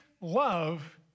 love